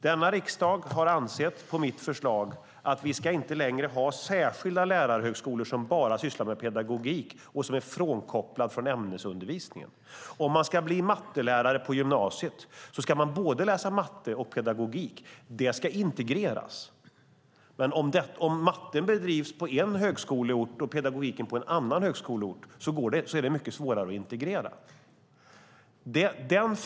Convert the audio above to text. Denna riksdag har på mitt förslag ansett att vi inte längre ska ha särskilda lärarhögskolor som bara sysslar med pedagogik och är frånkopplade från ämnesundervisningen. Om man ska bli mattelärare på gymnasiet ska man läsa både matte och pedagogik. Det ska integreras. Men om undervisningen i matte bedrivs på en viss högskoleort och i pedagogik på en annan högskoleort är det mycket svårare att integrera.